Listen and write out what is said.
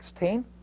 16